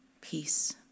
peace